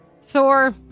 Thor